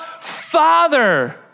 Father